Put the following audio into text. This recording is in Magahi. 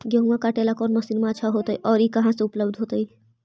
गेहुआ काटेला कौन मशीनमा अच्छा होतई और ई कहा से उपल्ब्ध होतई?